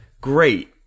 great